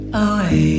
away